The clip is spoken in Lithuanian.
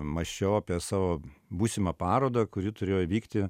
mąsčiau apie savo būsimą parodą kuri turėjo įvykti